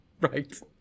Right